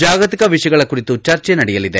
ಜಾಗತಿಕ ವಿಷಯಗಳ ಕುರಿತು ಚರ್ಚೆ ನಡೆಯಲಿದೆ